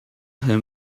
him